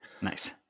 Nice